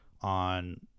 on